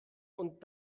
und